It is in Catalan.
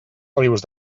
rius